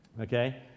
okay